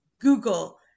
Google